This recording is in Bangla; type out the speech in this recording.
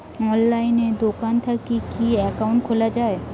অনলাইনে দোকান থাকি কি একাউন্ট খুলা যায়?